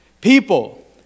people